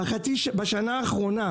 בשנה האחרונה,